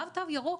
גם תו ירוק,